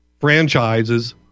franchises